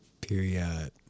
Period